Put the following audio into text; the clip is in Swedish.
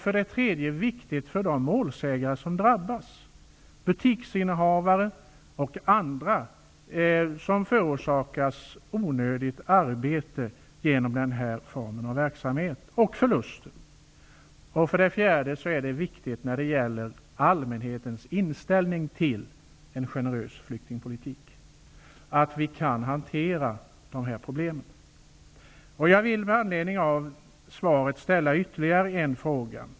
För det tredje är det viktigt för de målsägande som drabbas -- butiksägare och andra -- och som förorsakas onödigt arbete och förluster av den formen av verksamhet. För det fjärde är det viktigt när det gäller allmänhetens inställning till en generös flyktingpolitik att vi kan hantera dessa problem. Jag vill med anledning av svaret ställa ytterligare en fråga.